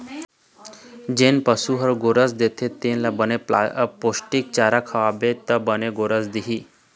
जेन पशु ह गोरस देथे तेनो ल बने पोस्टिक चारा खवाबे त बने गोरस दिही